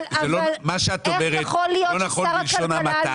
מה שאת אומרת לא נכון בלשון המעטה